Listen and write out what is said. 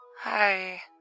Hi